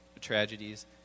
tragedies